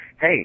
hey